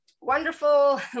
wonderful